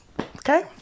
okay